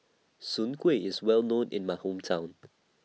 Soon Kueh IS Well known in My Hometown